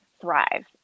thrive